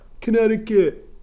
Connecticut